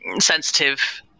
sensitive